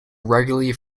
regularly